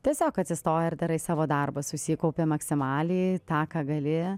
tiesiog atsistoji ir darai savo darbą susikaupi maksimaliai tą ką gali